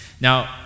Now